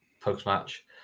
post-match